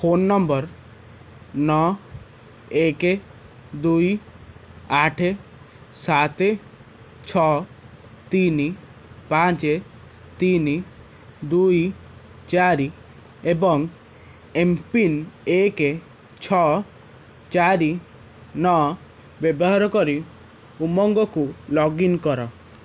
phone number ନଅ ଏକ ଦୁଇ ଆଠ ସାତ ଛଅ ତିନି ପାଞ୍ଚ ତିନି ଦୁଇ ଚାରି ଏବଂ ଏମ୍ପିନ୍ ଏକ ଛଅ ଚାରି ନଅ ବ୍ୟବହାର କରି ଉମଙ୍ଗକୁ ଲଗ୍ଇନ କର